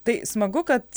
tai smagu kad